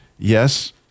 Yes